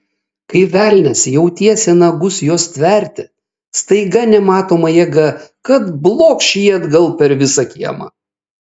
kai velnias jau tiesė nagus jos stverti staiga nematoma jėga kad blokš jį atgal per visą kiemą